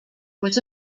was